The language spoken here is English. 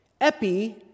epi